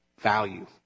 value